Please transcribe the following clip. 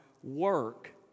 Work